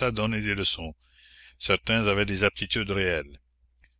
à donner des leçons certains avaient des aptitudes réelles